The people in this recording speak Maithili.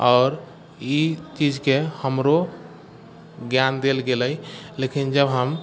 आओर ई ई चीजके हमरो ज्ञान देल गेलै लेकिन जब हम